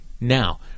now